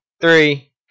three